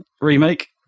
remake